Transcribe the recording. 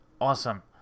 Awesome